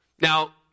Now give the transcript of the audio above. Now